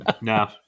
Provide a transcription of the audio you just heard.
No